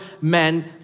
men